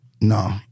no